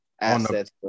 assets